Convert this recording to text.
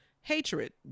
hatred